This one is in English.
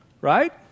right